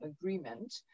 agreement